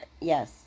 yes